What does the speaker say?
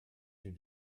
you